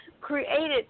created